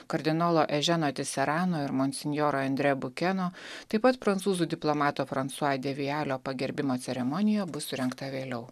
kardinolo eženo disereno ir monsinjoro andrė bukeno taip pat prancūzų diplomato fransua devialio pagerbimo ceremonija bus surengta vėliau